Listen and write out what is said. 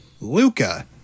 Luca